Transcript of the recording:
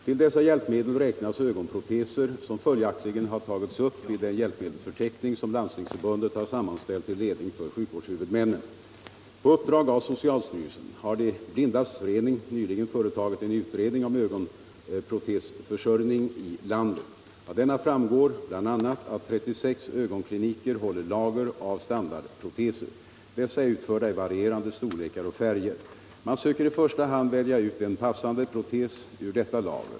Till dessa hjälpmedel räknas ögonproteser, som följaktligen har tagits upp i den hjälpmedelsförteckning som Landstingsförbundet har sammanställt till ledning för sjukvårdshuvudmännen. På uppdrag av socialstyrelsen har De blindas förening nyligen företagit en utredning om ögonprotesförsörjning i landet. Av denna framgår bl.a. att 36 ögonkliniker håller lager av standardproteser. Dessa är utförda i varierande storlekar och färger. Man söker i första hand välja ut en passande protes ur detta lager.